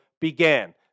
began